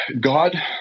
God